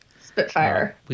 Spitfire